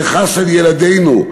וחס על ילדינו,